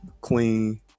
clean